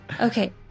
okay